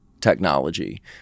technology